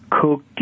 cookie